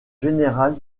général